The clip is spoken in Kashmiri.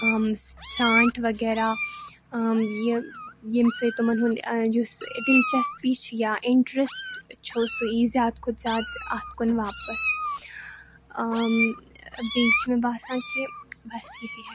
آ ژرٛانٛٹھ وغیرہ آ یہِ ییٚمہِ سۭتۍ تِمَن ہُنٛد یُس دِلچَسپی چھِ یا اِنٹرَسٹ چھُ سُہ یی زیادٕ کھۄتہٕ زیادٕ اَتھ کُن واپَس بیٚیہِ چھِ مےٚ باسان کہِ بَس یِہے ہیٚکہِ بہٕ